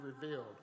revealed